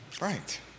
Right